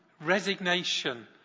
resignation